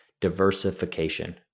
diversification